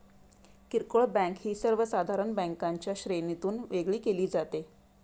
किरकोळ बँक ही सर्वसाधारण बँकांच्या श्रेणीतून वेगळी केली जाते